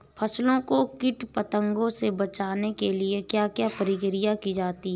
फसलों को कीट पतंगों से बचाने के लिए क्या क्या प्रकिर्या की जाती है?